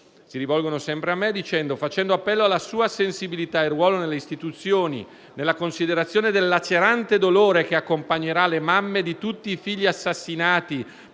Nel rivolgersi sempre a me prosegue: «Facendo appello alla sua sensibilità e ruolo nelle istituzioni, nella considerazione del lacerante dolore che accompagnerà le mamme di tutti i figli assassinati